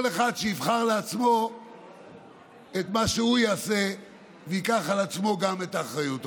שכל אחד יבחר לעצמו את מה שהוא יעשה וייקח על עצמו גם את האחריות.